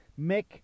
Mick